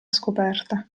scoperta